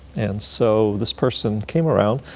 and so this person came around,